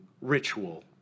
ritual